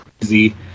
crazy